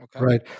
Right